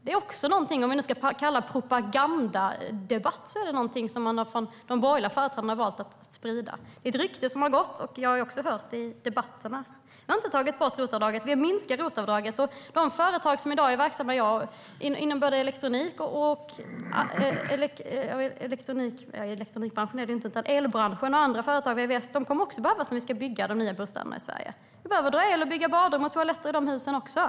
Om vi ska kalla det en propagandadebatt är det någonting som de borgerliga företrädarna har valt att sprida. Det är ett rykte som har gått, och jag har också hört det i debatterna. Vi har inte tagit bort ROT-avdraget. Vi har minskat ROT-avdraget. De företag som i dag är verksamma inom elbranschen och andra branscher såsom vvs kommer att behövas även när vi ska bygga de nya bostäderna i Sverige. Vi behöver dra el och bygga badrum och toaletter i de husen också.